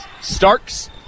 Starks